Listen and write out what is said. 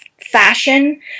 fashion